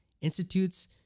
institutes